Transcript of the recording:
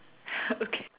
okay